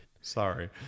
Sorry